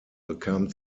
bekam